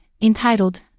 entitled